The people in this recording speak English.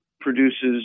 produces